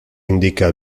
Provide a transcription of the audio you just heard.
indica